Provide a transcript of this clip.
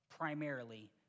primarily